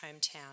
hometown